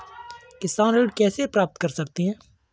किसान ऋण कैसे प्राप्त कर सकते हैं?